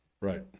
Right